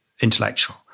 intellectual